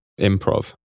improv